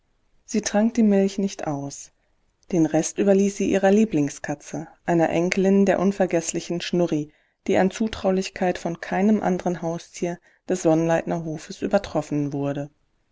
sie trank die milch nicht aus den rest überließ sie ihrer lieblingskatze einer enkelin der unvergeßlichen schnurri die an zutraulichkeit von keinem anderen haustier des sonnleitnerhofes übertroffen wurde